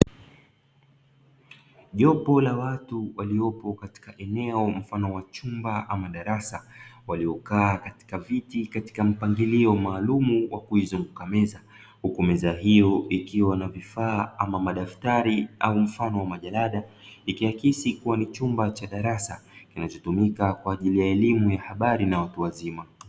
Jopo la watu waliopo katika eneo la mfano wa chumba ama darasa waliokaa katika viti katika mpangilio maalumu wa kuizunguka meza, huku meza hiyo ikiwa na vifaa ama madaftari ama majalada ikiakisi kuwa ni chumba cha darasa kinachotumika kwa ajili ya elimu ya habari na watu wazima.